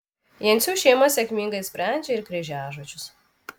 jencių šeima sėkmingai sprendžia ir kryžiažodžius